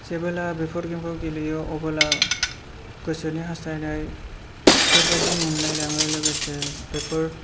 जेबोला बेफोर गेमखौ गेलेयो अबोला गोसोनि हास्थायनायफोर बायदि मोनलायलाङो लोगोसे बेफोर